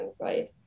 right